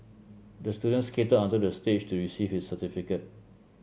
the student skated onto the stage to receive his certificate